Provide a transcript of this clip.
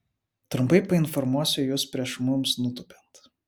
trumpai painformuosiu jus prieš mums nutūpiant